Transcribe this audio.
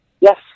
Yes